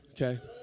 Okay